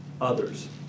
others